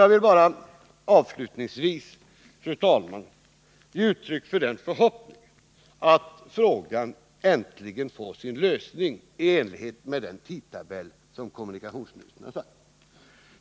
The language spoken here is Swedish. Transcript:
Jag vill bara ge uttryck för den förhoppningen att dessa problem nu äntligen får sin lösning i enlighet med den tidtabell som kommunikationsministern har angett.